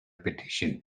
petition